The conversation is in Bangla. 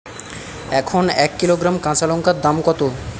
এখন এক কিলোগ্রাম কাঁচা লঙ্কার দাম কত?